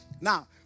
Now